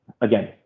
again